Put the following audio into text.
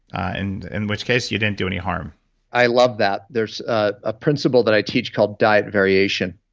and in which case, you didn't do any harm i love that. there's a principle that i teach called diet variation.